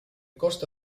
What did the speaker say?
costo